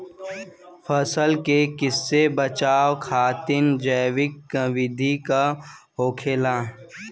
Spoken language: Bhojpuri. फसल के कियेसे बचाव खातिन जैविक विधि का होखेला?